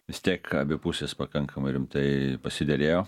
vis tiek abi pusės pakankamai rimtai pasiderėjo